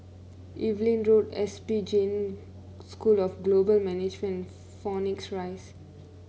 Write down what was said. Evelyn Road S P Jain School of Global Management and Phoenix Rise